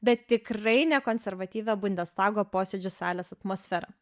bet tikrai ne konservatyvią bundestago posėdžių salės atmosferą